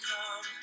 Come